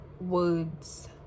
words